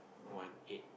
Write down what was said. one eight